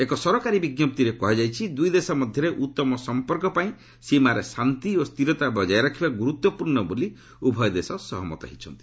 ଏକ ସରକାରୀ ବିଜ୍ଞପ୍ତିରେ କୁହାଯାଇଛି ଦୁଇ ଦେଶ ମଧ୍ୟରେ ଉତ୍ତମ ସମ୍ପର୍କ ପାଇଁ ସୀମାରେ ଶାନ୍ତି ଓ ସ୍ଥିରତା ବଜାୟ ରଖିବା ଗୁରୁତ୍ୱପୂର୍ଣ୍ଣ ବୋଲି ଉଭୟ ଦେଶ ସହମତ ହୋଇଛନ୍ତି